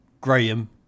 Graham